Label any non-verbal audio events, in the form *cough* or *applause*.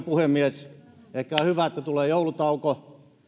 *unintelligible* puhemies ehkä on hyvä että tulee joulutauko